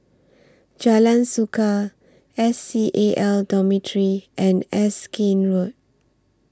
Jalan Suka S C A L Dormitory and Erskine Road